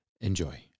Enjoy